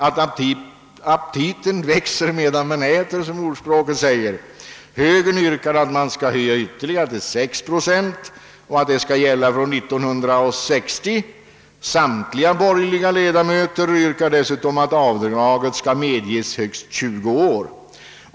Aptiten växer medan man äter, säger ordspråket. Högern yrkar på att man skall höja ytterligare till 6 procent och att bestämmelsen skall gälla emissioner efter år 1960. Samtliga borgerliga ledamöter yrkar dessutom på att avdraget skall medges i högst 20 år.